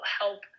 help